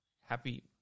happy